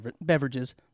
beverages